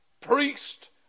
priest